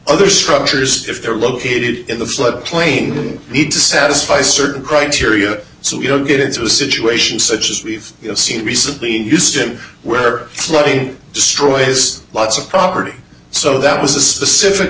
other structures if they're located in the floodplain need to satisfy certain criteria so you don't get into a situation such as we've seen recently used to where flooding destroys lots of property so that was a specific